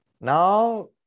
now